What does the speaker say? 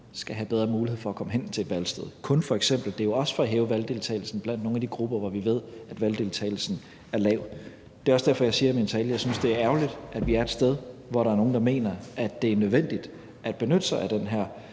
skal have bedre mulighed for at komme hen til et valgsted. Det er også for at hæve valgdeltagelsen blandt nogle af de grupper, som vi ved har lav valgdeltagelse. Det er også derfor, at jeg i min tale siger, at jeg synes, det er ærgerligt, at vi er et sted, hvor der er nogle, der mener, at det er nødvendigt at benytte sig af den her